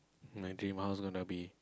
my dream house gonna be